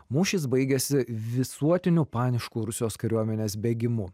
mūšis baigėsi visuotiniu panišku rusijos kariuomenės bėgimu